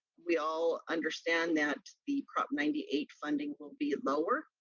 we all understand that the prop ninety eight funding will be lower,